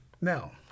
Now